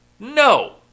No